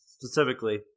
specifically